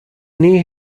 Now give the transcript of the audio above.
knee